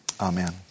Amen